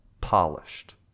Polished